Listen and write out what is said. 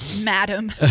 Madam